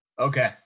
okay